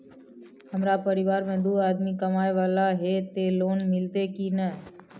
हमरा परिवार में दू आदमी कमाए वाला हे ते लोन मिलते की ने?